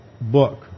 book